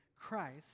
Christ